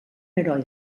heroi